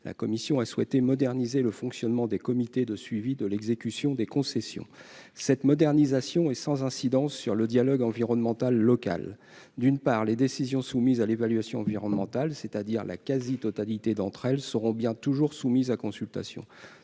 la commission a souhaité moderniser le fonctionnement des comités de suivi de l'exécution des concessions cette modernisation est sans incidence sur le dialogue environnemental local, d'une part les décisions soumises à l'évaluation environnementale, c'est-à-dire la quasi-totalité d'entre elles seront bien toujours soumise à consultation